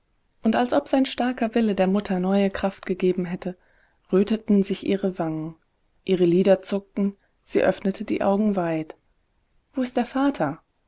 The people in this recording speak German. und als ob sein starker wille der mutter neue kraft gegeben hätte röteten sich ihre wangen ihre lider zuckten sie öffnete die augen weit wo ist der vater